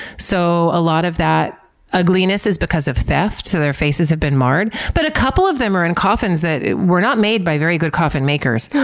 so, a lot of that ugliness is because of theft, so their faces have been marred. but a couple of them are in coffins that were not made by very good coffin makers.